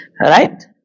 Right